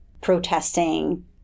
protesting